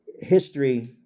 history